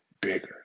bigger